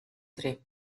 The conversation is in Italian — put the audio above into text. tre